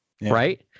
right